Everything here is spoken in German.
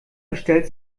bestellt